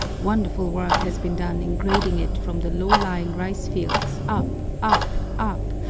wonderful work has been done in grading it from the low-lying rice-fields, up, up, up,